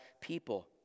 people